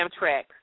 Amtrak